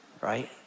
right